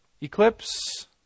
Eclipse